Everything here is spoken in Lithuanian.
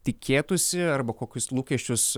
tikėtųsi arba kokius lūkesčius